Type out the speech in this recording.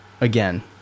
again